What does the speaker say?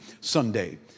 Sunday